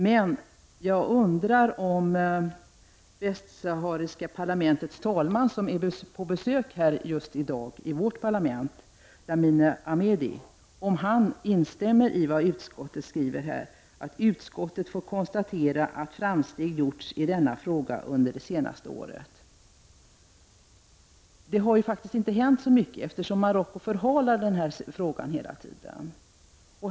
Men jag undrar om västsahariska parlamentets talman, Damine Amedi, som är på besök i vårt parlament just i dag instämmer i vad utskottet skriver, nämligen att utskottet får konstatera att framsteg gjorts i denna fråga under det senaste året. Det har ju faktiskt inte hänt så mycket, eftersom Marocko förhalar denna fråga hela tiden.